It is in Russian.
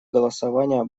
голосования